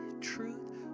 truth